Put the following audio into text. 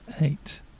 Eight